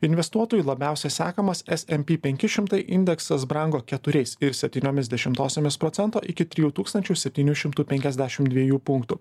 investuotojų labiausia sekamas smp penki šimtai indeksas brango keturiais ir septyniomis dešimtosiomis procento iki trijų tūkstančių septynių šimtų penkiasdešim dviejų punktų